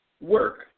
work